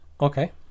Okay